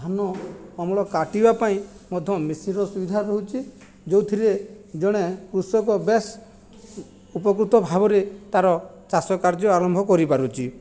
ଧାନ ଅମଳ କାଟିବା ପାଇଁ ମଧ୍ୟ ମେସିନର ସୁବିଧା ରହୁଛି ଯେଉଁଥିରେ ଜଣେ କୃଷକ ବେଶ ଉପକୃତ ଭାବରେ ତାର ଚାଷ କାର୍ଯ୍ୟ ଆରମ୍ଭ କରିପାରୁଛି